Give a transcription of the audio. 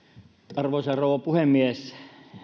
arvoisa rouva puhemies